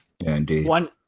One